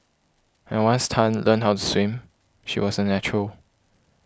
and once Tan learnt how to swim she was a natural